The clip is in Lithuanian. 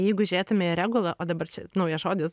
jeigu žiūrėtume į regulą o dabar čia naujas žodis